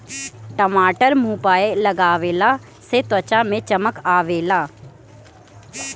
टमाटर मुंह पअ लगवला से त्वचा में चमक आवेला